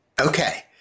Okay